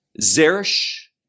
zeresh